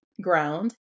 ground